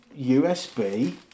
USB